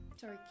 sorry